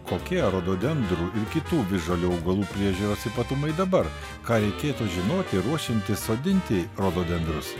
kokie rododendrų ir kitų visžalių augalų priežiūros ypatumai dabar ką reikėtų žinoti ruošiantis sodinti rododendrus